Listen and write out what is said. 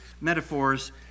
metaphors